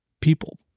people